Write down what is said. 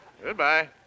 Goodbye